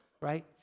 right